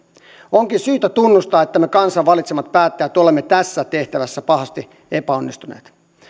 onkin syytä tunnustaa että me kansan valitsemat päättäjät olemme tässä tehtävässä pahasti epäonnistuneet